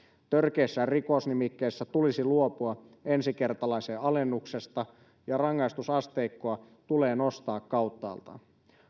törkeissä rikosnimikkeissä tulisi luopua ensikertalaisen alennuksesta ja rangaistusasteikkoa tulee nostaa kauttaaltaan